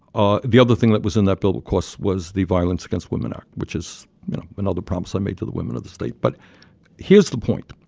ah the other thing that was in that bill, of but course, was the violence against women act, which is another promise i made to the women of the state but here's the point.